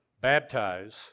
baptize